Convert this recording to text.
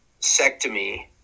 sectomy